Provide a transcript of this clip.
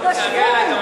הוא בשוונג.